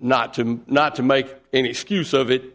not to not to make any excuse of it